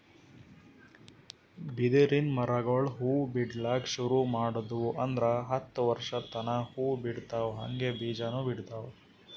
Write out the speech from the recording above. ಬಿದಿರಿನ್ ಮರಗೊಳ್ ಹೂವಾ ಬಿಡ್ಲಕ್ ಶುರು ಮಾಡುದ್ವು ಅಂದ್ರ ಹತ್ತ್ ವರ್ಶದ್ ತನಾ ಹೂವಾ ಬಿಡ್ತಾವ್ ಹಂಗೆ ಬೀಜಾನೂ ಬಿಡ್ತಾವ್